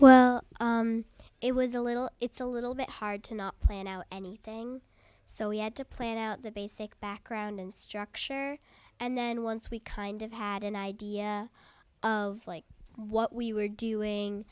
well it was a little it's a little bit hard to not plan anything so we had to plan out the basic background and structure and then once we kind of had an idea of like what we were doing